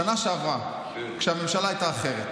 בשנה שעברה, כשהממשלה הייתה אחרת,